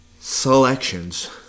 selections